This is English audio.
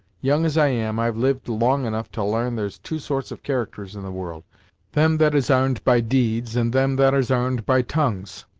young as i am, i've lived long enough to l'arn there's two sorts of characters in the world them that is arned by deeds, and them that is arned by tongues,